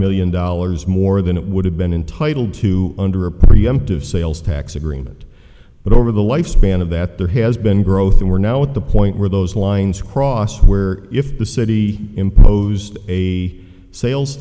million dollars more than it would have been entitled to under a preemptive sales tax agreement but over the lifespan of that there has been growth and we're now at the point where those lines cross where if the city imposed a sales